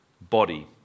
body